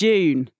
June